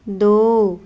ਦਿਓ